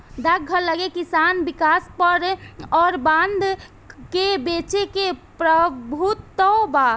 डाकघर लगे किसान विकास पत्र अउर बांड के बेचे के प्रभुत्व बा